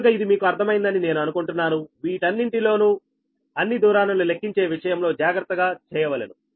కనుక ఇది మీకు అర్థమైందని నేను అనుకుంటున్నాను వీటన్నింటిలోనూ అన్ని దూరాలను లెక్కించే విషయంలో జాగ్రత్తగా చేయవలెను